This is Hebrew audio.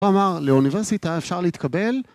הוא אמר לאוניברסיטה אפשר להתקבל